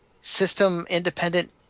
system-independent